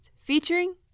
featuring